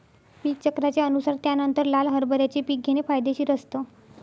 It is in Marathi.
पीक चक्राच्या अनुसार त्यानंतर लाल हरभऱ्याचे पीक घेणे फायदेशीर असतं